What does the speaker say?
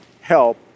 help